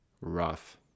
rough